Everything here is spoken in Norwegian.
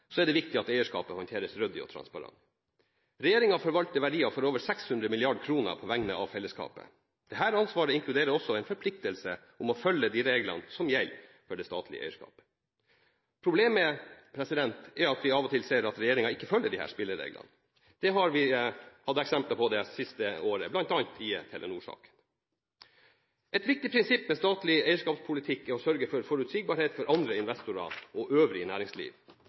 er det viktig at eierskapet håndteres ryddig og transparent. Regjeringen forvalter verdier for over 600 mrd. kr på vegne av fellesskapet. Dette ansvaret inkluderer også en forpliktelse til å følge de reglene som gjelder for det statlige eierskapet. Problemet er at vi av og til ser at regjeringen ikke følger disse spillereglene. Det har vi hatt eksempler på det siste året, bl.a. i Telenor-saken. Et viktig prinsipp med statlig eierskapspolitikk er å sørge for forutsigbarhet for andre investorer og øvrig næringsliv.